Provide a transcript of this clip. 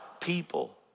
people